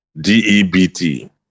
D-E-B-T